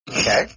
Okay